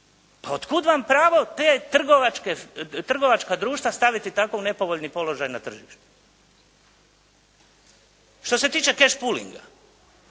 Pa otkuda vam pravo ta trgovačka društva staviti tako u nepovoljni položaj na tržištu? Što se tiče cash pullinga